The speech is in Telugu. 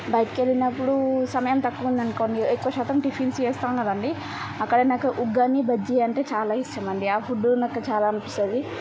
బయటకెళ్ళినప్పుడూ సమయం తక్కువుందనుకోండి ఎక్కువ శాతం టిఫిన్స్ చేస్తాం కదండి అక్కడ నాకు ఉగ్గాని బజ్జీ అంటే చాలా ఇష్టమండి ఫుడ్డు నాకు చాలా అనిపిస్తుంది